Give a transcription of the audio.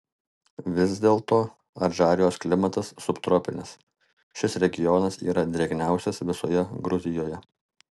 vis dėlto adžarijos klimatas subtropinis šis regionas yra drėgniausias visoje gruzijoje